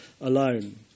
alone